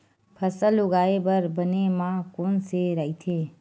फसल उगाये बर बने माह कोन से राइथे?